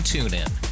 TuneIn